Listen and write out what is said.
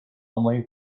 calmly